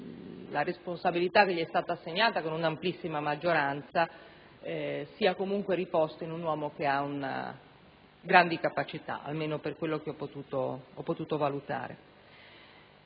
la responsabilità che gli è stata assegnata con un'amplissima maggioranza sia riposta in un uomo che ha grandi capacità, almeno per quello che ho potuto valutare.